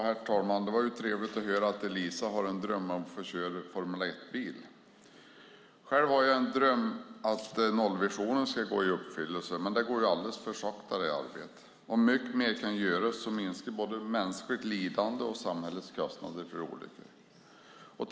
Herr talman! Det var trevligt att höra att Eliza har en dröm om att få köra Formel 1-bil. Själv har jag en dröm om att nollvisionen ska gå i uppfyllelse, men det arbetet går alldeles för sakta. Mycket mer kan göras som minskar både mänskligt lidande och samhällets kostnader för olyckor.